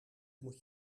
moet